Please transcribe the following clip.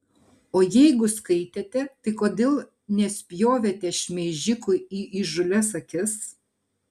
o jeigu skaitėte tai kodėl nespjovėte šmeižikui į įžūlias akis